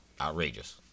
outrageous